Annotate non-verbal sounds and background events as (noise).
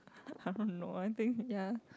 (noise) no I think ya